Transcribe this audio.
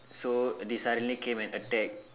so they suddenly came and attack